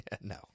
No